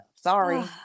Sorry